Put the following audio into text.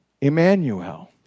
Emmanuel